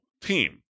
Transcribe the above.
team